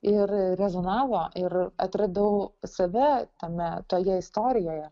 ir rezonavo ir atradau save tame toje istorijoje